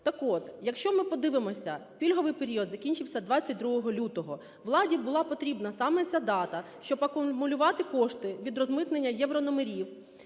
Так от, якщо ми подивимося, пільговий період закінчився 22 лютого. Владі була потрібна саме ця дата, щоб акумулювати кошти від розмитнення єврономерів